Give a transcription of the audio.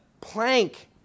plank